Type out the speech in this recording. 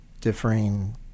differing